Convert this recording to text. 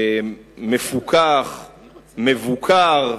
מפוקח, מבוקר.